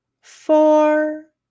four